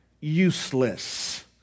useless